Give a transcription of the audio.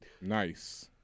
Nice